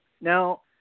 Now